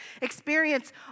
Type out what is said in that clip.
experience